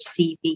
CV